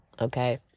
okay